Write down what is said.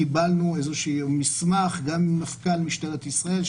קיבלנו איזשהו מסמך גם ממפכ"ל משטרת ישראל,